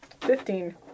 Fifteen